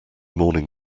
morning